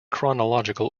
chronological